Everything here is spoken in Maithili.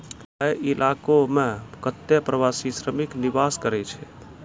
हय इलाको म कत्ते प्रवासी श्रमिक निवास करै छै